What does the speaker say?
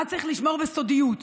מה צריך לשמור בסודיות?